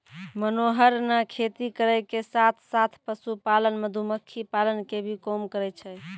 मनोहर नॅ खेती करै के साथॅ साथॅ, पशुपालन, मधुमक्खी पालन के भी काम करै छै